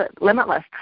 Limitless